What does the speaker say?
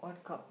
what cup